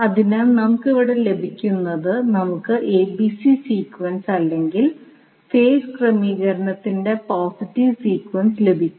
അതിനാൽ നമുക്ക് ഇവിടെ ലഭിക്കുന്നത് നമുക്ക് സീക്വൻസ് അല്ലെങ്കിൽ ഫേസ് ക്രമീകരണത്തിന്റെ പോസിറ്റീവ് സീക്വൻസ് ലഭിക്കും